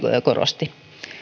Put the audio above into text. korosti